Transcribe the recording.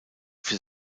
für